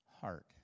heart